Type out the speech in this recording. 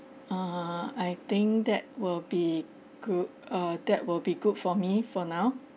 err I think that will be good uh that will be good for me for now